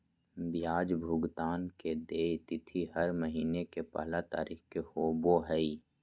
ब्याज भुगतान के देय तिथि हर महीना के पहला तारीख़ के होबो हइ